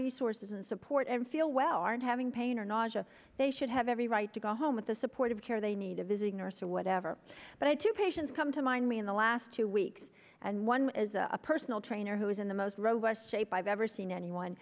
resources and support and feel well aren't having pain or nausea they should have every right to go home with the supportive care they need a visiting nurse or whatever but i two patients come to mind me in the last two weeks and one is a personal trainer who is in the most robust shape i've ever seen anyone